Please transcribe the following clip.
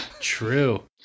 true